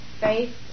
faith